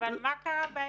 אבל מה קרה באמצע?